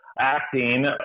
acting